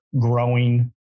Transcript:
growing